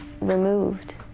removed